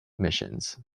missions